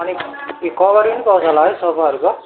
अनि ए कभरहरू पनि पाउँछ होला है सोफाहरूको